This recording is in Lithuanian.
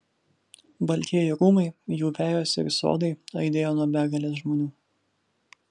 baltieji rūmai jų vejos ir sodai aidėjo nuo begalės žmonių